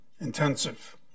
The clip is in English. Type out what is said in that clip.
intensive